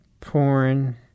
porn